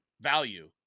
value